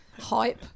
hype